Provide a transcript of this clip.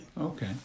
Okay